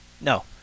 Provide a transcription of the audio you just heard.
No